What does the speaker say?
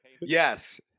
Yes